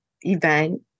event